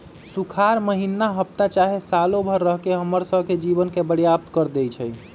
सुखार माहिन्ना हफ्ता चाहे सालों भर रहके हम्मर स के जीवन के बर्बाद कर देई छई